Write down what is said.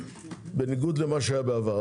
בניגוד למה שהיה בעבר.